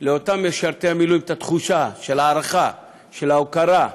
לאותו משרת מילואים תחושה של הערכה, של הוקרה,